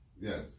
Yes